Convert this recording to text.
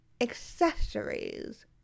accessories